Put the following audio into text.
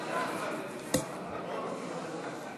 סביר להניח.